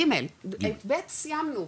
ג', את ב', סיימנו,